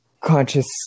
conscious